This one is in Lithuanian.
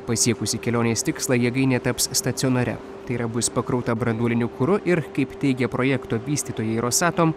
pasiekusi kelionės tikslą jėgainė taps stacionaria tai yra bus pakrauta branduoliniu kuru ir kaip teigia projekto vystytojai rosatom